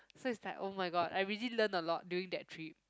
so it's like oh-my-god I really learn a lot during that trip